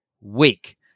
weak